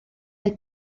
mae